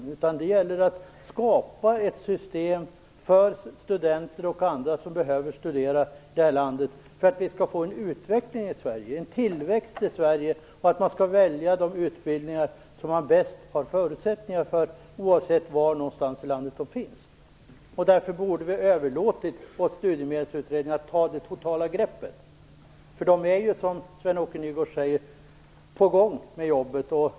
I stället gäller det att skapa ett system för studenter och andra som behöver studera i landet för att vi skall få en utveckling och tillväxt i Sverige, så att man kan välja de utbildningar som man har bäst förutsättningar för, oavsett var i landet de finns. Därför borde vi ha överlåtit åt Studiemedelsutredningen att ta det totala greppet, för de är ju, som Sven-Åke Nygårds säger, på gång med jobbet.